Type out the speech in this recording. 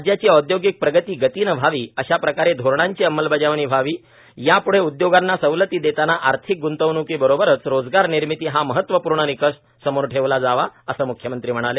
राज्याची औद्योगिक प्रगती गतीनं व्हावी अशा प्रकारे धोरणांची अंमलबजावणी व्हावी यापुढे उदयोगांना सवलती देताना आर्थिक गृंतवणुकीबरोबरच रोजगारनिर्मिती हा महत्वपूर्ण निकष समोर ठेवला जावा असं म्ख्यमंत्री म्हणाले